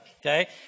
Okay